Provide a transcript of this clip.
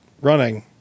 running